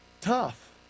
tough